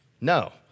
No